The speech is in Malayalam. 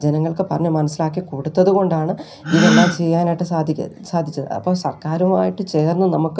ജനങ്ങൾക്ക് പറഞ്ഞു മനസ്സിലാക്കി കൊടുത്തതു കൊണ്ടാണ് ഇതെല്ലാം ചെയ്യാനായിട്ട് സാധിക്കുക സാധിച്ചത് അപ്പം സർക്കാരുമായിട്ട് ചേർന്ന് നമുക്ക്